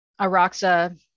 Aroxa